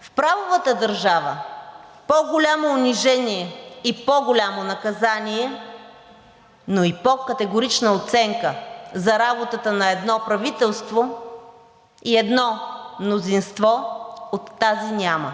В правотата държава по-голямо унижение и по-голямо наказание, но и по-категорична оценка за работата на едно правителство и едно мнозинство от тази няма.